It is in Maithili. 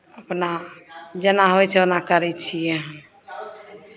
अपना जेना होइ छै ओना करै छियै